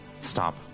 stop